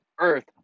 earth